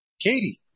Katie